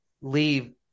leave